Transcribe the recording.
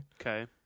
Okay